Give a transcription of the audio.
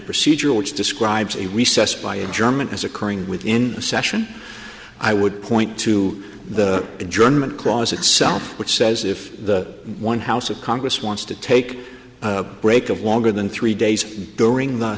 procedure which describes a recess by a german as occurring within a session i would point to the adjournment clause itself which says if the one house of congress wants to take a break of longer than three days during the